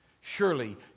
surely